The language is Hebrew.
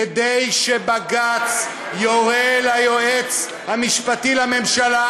שבג"ץ יורה ליועץ המשפטי לממשלה,